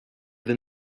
than